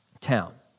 town